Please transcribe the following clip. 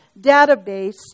database